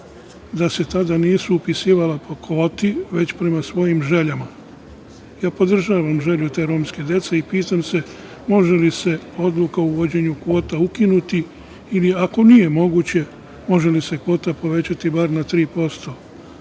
da se tada nisu upisivala po kvoti, već prema svojim željama. Podržavam želju te romske dece i pitam se da li može da se odluka o uvođenju kvota ukinuti ili ako nije moguće, može li se kvota povećati bar na